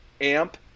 amp